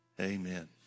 Amen